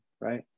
right